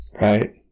right